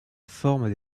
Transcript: forment